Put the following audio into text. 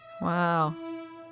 Wow